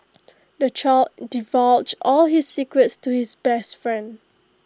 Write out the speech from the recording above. the child divulged all his secrets to his best friend